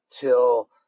till